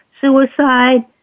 suicide